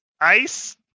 ice